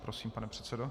Prosím, pane předsedo.